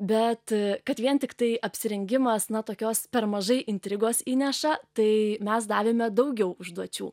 bet kad vien tiktai apsirengimas na tokios per mažai intrigos įneša tai mes davėme daugiau užduočių